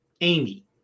Amy